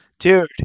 Dude